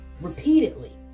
repeatedly